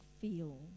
feel